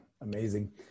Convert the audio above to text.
amazing